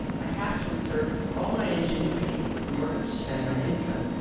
i have to exert all my ingenuity in order to spend my income,